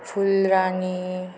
फुलरानी